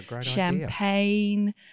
champagne